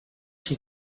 she